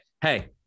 Hey